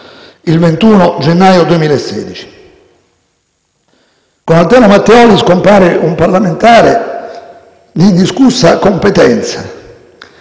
il 21 gennaio 2016. Con Altero Matteoli scompare un parlamentare di indiscussa competenza